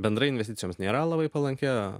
bendrai investicijoms nėra labai palanki